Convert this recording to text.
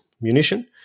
munition